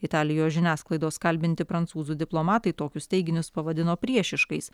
italijos žiniasklaidos kalbinti prancūzų diplomatai tokius teiginius pavadino priešiškais